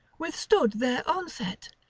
withstood their onset,